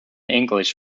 english